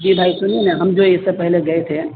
جی بھائی سنیے نا ہم جو اس سے پہلے گئے تھے